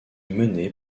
menée